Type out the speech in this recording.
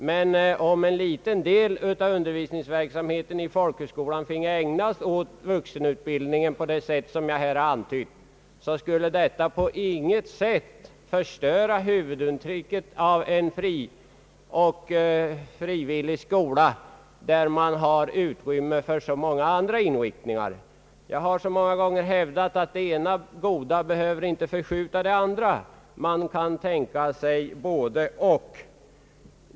Men om en liten del av undervisningsverksamheten i folkhögskolan finge användas för vuxenundervisning på det sätt som jag här har antytt, skulle det på intet sätt förstöra huvudintrycket av en fri och frivillig skola, där man har utrymme för så många andra inriktningar. Jag har många gånger hävdat att det ena goda inte behöver förskjuta det andra — man kan här tänka sig ett både — och.